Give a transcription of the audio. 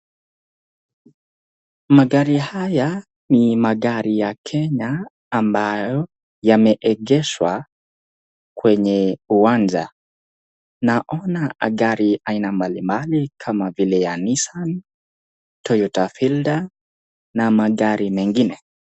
Magari haya ni magari ya Kenya, ambayo yameegeshwa kwenye uwanja. Naona gari aina mbali mbali, kama vile ya [nissan], toyota [fielder] na magari mengine.